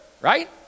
Right